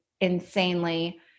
insanely